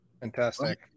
Fantastic